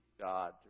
God